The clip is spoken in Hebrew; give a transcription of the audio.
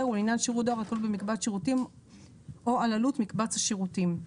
ולעניין שירות דואר הכלול במקבץ שירותים או על עלות מקבץ השירותים.